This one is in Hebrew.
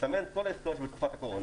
בתקופת הקורונה.